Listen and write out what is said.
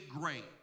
great